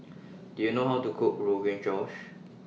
Do YOU know How to Cook Rogan Josh